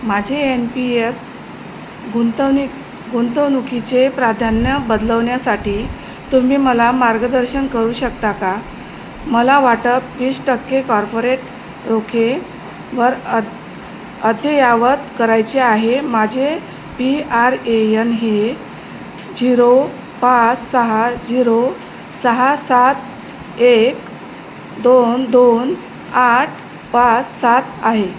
माझे N P S गुंतवनिक गुंतवणुकीचे प्राधान्य बदलवण्यासाठी तुम्ही मला मार्गदर्शन करू शकता का मला वाटप वीस टक्के कॉर्पोरेट रोखेवर अध अध्ययावत करायचे आहे माझे पी आर ए यन हे झिरो पाच सहा झिरो सहा सात एक दोन दोन आठ पाच सात आहे